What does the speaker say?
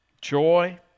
Joy